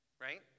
Right